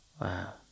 Wow